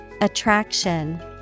Attraction